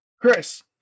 Chris